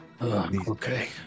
Okay